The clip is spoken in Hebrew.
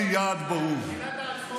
(חברת הכנסת אורנה ברביבאי יוצאת מאולם